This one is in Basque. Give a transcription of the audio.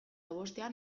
bostean